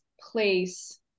place